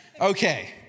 Okay